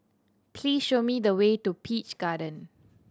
please show me the way to Peach Garden